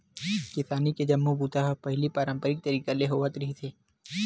किसानी के जम्मो बूता ह पहिली पारंपरिक तरीका ले होत रिहिस हे